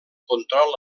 control